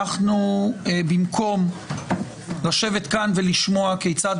אנחנו במקום לשבת כאן ולשמוע כיצד